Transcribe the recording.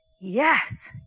yes